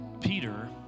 Peter